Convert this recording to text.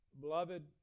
beloved